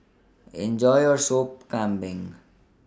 Enjoy your Sop Kambing